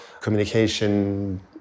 communication